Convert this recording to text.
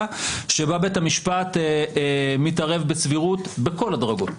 שבה בית המשפט מתערב בסבירות בכל הדרגות,